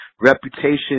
reputation